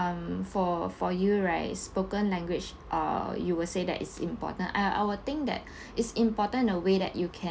um for for you right spoken language uh you will say that it's important I I would think that it's important a way that you can